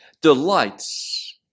delights